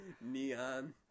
neon